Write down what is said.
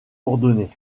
ornées